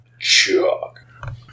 Chuck